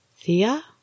Thea